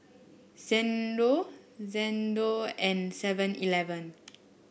Xndo Xndo and Seven Eleven